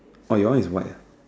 oh your one is white ah